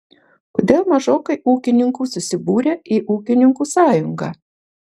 kodėl mažokai ūkininkų susibūrę į ūkininkų sąjungą